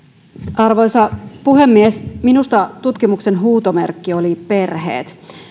arvoisa puhemies minusta tutkimuksen huutomerkki oli perheet